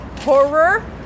Horror